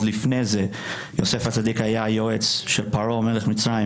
לפני זה יוסף הצדיק היה יועץ של פרעה מלך מצרים